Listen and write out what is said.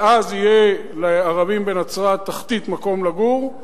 ואז יהיה לערבים בנצרת תחתית מקום לגור,